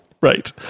Right